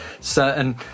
certain